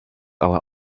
our